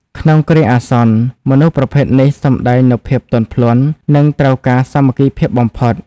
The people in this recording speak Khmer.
ក្នុងគ្រាអាសន្ន មនុស្សប្រភេទនេះសម្ដែងនូវភាពទន់ភ្លន់ និងត្រូវការសាមគ្គីភាពបំផុត។